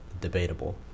debatable